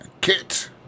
Kit